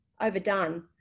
overdone